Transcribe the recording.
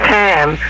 time